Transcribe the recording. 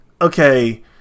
okay